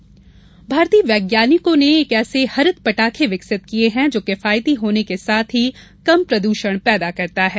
हरित पटाखे भारतीय वैज्ञानिकों ने एक ऐसे हरित पटाखे विकसित किये हैं जो किफायती होने के साथ ही कम प्रदूषण पैदा करता है